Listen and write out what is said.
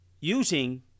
using